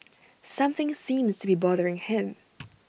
something seems to be bothering him